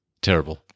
Terrible